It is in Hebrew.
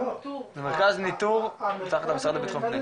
זה מרכז ניטור תחת המרכז לביטחון פנים.